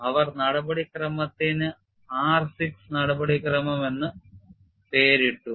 അവർ നടപടിക്രമത്തിന് R6 നടപടിക്രമം എന്ന് പേരിട്ടു